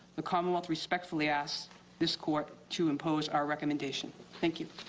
the commonwealth respectfully asks this court to impose our recommendations. thank you.